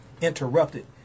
interrupted